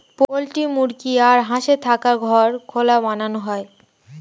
poultry মুরগি আর হাঁসের থাকার ঘর খোলা বানানো হয়